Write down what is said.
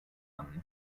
anno